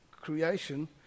creation